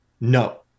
No